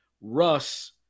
Russ